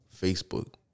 Facebook